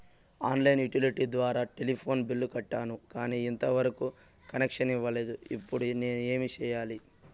On line utility ద్వారా telephone bill కట్టాను, కానీ ఎంత వరకు కనెక్షన్ ఇవ్వలేదు, ఇప్పుడు నేను ఏమి సెయ్యాలి?